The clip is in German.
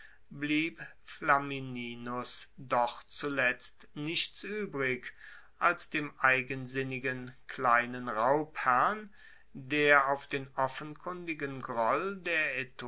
blieb flamininus doch zuletzt nichts uebrig als dem eigensinnigen kleinen raubherrn der auf den offenkundigen groll der